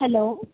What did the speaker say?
hello